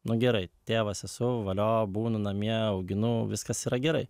nu gerai tėvas esu valio būnu namie auginu viskas yra gerai